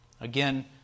Again